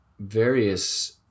various